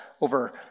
over